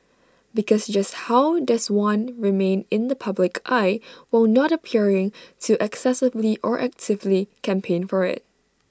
because just how does one remain in the public eye while not appearing to excessively or actively campaign for IT